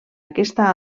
aquesta